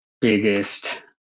biggest